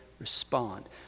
respond